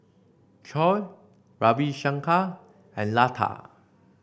Choor Ravi Shankar and Lata